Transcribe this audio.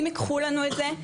אם ייקחו לנו את זה,